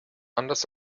anders